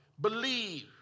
believe